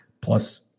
plus